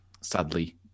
Sadly